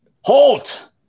Halt